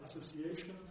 association